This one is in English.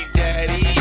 daddy